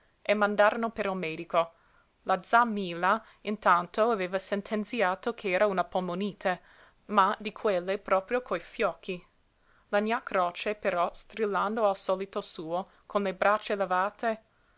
e mandarono per il medico la z'a milla intanto aveva sentenziato ch'era una polmonite ma di quelle proprio coi fiocchi la gna croce però strillando al solito suo con le braccia levate